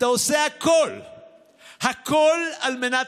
בכל משטר.